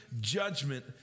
judgment